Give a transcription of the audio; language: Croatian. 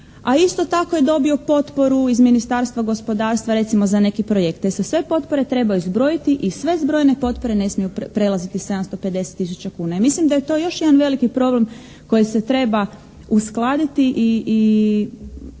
a isto tako je dobio potporu iz Ministarstva gospodarstva recimo za neki projekt. Te se sve potpore trebaju zbrojiti i sve zbrojene potpore ne smiju prelaziti 750 tisuća kuna. I mislim da je to još jedan veliki problem koji se treba uskladiti i